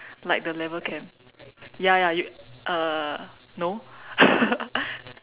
like the level camp ya ya you uh no